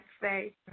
say